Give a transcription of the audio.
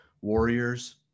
Warriors